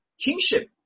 kingship